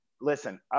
Listen